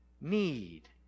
need